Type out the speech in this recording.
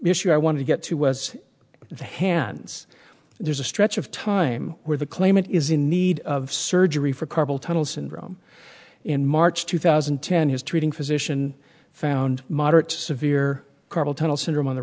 issue i want to get to was the hands there's a stretch of time where the claimant is in need of surgery for carpal tunnel syndrome in march two thousand and ten his treating physician found moderate to severe carpal tunnel syndrome on the